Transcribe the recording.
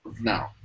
no